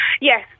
yes